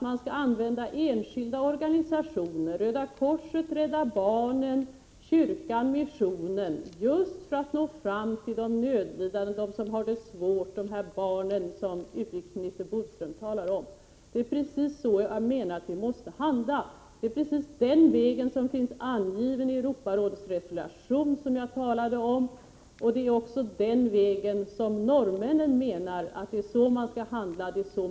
Man skall använda enskilda organisationer — Röda korset, Rädda barnen, kyrkan och missionen — just för att nå fram till de nödlidande, till barnen som utrikesminister Bodström talade om. Det är precis så jag menar att vi måste handla. Den vägen finns också angiven i Europarådsresolutionen som jag talade om, och det är den vägen som norrmännen menar att man skall gå.